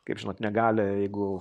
kaip žinot negali jeigu